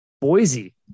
Boise